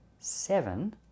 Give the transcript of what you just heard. seven